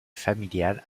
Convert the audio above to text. familiale